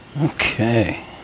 Okay